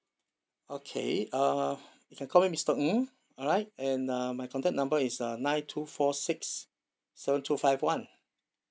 okay uh you can call me mister ng alright and uh my contact number is uh nine two four six seven two five one